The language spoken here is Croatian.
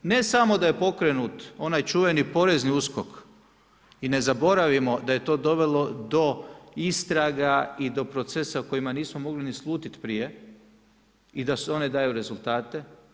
Ne samo da je pokrenut onaj čuveni porezni USKOK i ne zaboravimo da je to dovelo do istraga i do procesa u kojima nismo mogli ni slutiti prije i da one daju rezultate.